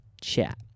chat